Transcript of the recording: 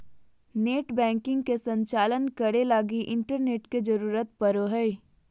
net banking के संचालन करे लगी इंटरनेट के जरुरत पड़ो हइ